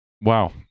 Wow